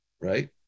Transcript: right